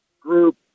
group